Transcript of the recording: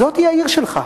אז זאת העיר שלך,